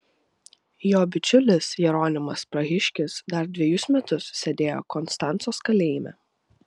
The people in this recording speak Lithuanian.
jo bičiulis jeronimas prahiškis dar dvejus metus sėdėjo konstancos kalėjime